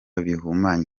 bihumanya